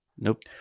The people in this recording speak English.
Nope